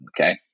Okay